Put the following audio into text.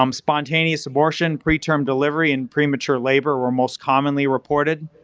um spontaneous abortion, preterm delivery, and premature labor were most commonly reported.